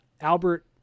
Albert